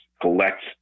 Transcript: collect